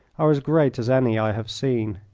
are as great as any i have seen.